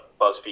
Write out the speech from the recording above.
BuzzFeed